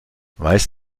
weiß